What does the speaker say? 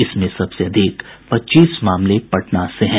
इसमें सबसे अधिक पच्चीस मामले पटना से हैं